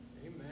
Amen